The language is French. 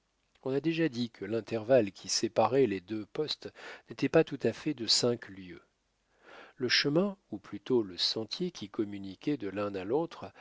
on a déjà dit que l'intervalle qui séparait les deux postes n'était pas tout à fait de cinq lieues le chemin ou plutôt le sentier qui communiquait de l'un à l'autre